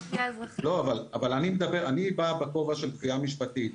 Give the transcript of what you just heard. אבל אני בא בכובע של קביעה משפטית.